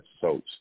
soaps